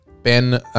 Ben